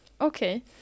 okay